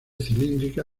cilíndrica